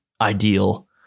ideal